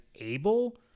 able